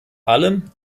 allem